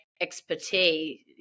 expertise